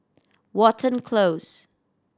Watten Close